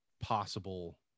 possible